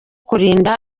kurinda